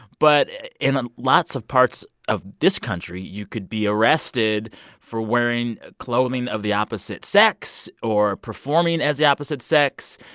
but in ah lots of parts of this country, you could be arrested for wearing clothing of the opposite sex or performing as the opposite sex.